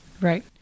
Right